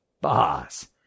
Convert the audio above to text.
Boss